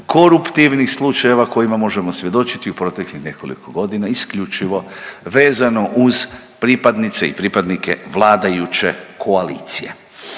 koruptivnih slučajeva kojima možemo svjedočiti u proteklih nekoliko godina isključivo vezano uz pripadnice i pripadnike vladajuće koalicije.